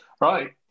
Right